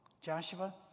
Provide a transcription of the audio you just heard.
Joshua